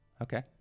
Okay